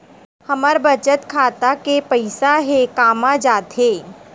हमर बचत खाता के पईसा हे कामा जाथे?